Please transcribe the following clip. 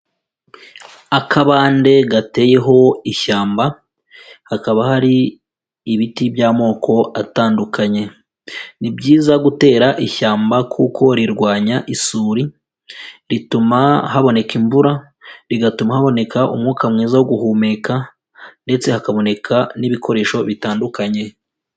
Akabande gateyeho ishyamba, hakaba hari ibiti by'amoko atandukanye. Ni byiza gutera ishyamba kuko rirwanya isuri, rituma haboneka imvura, rigatuma haboneka umwuka mwiza wo guhumeka ndetse hakaboneka n'ibikoresho bitandukanye.